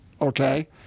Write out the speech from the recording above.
okay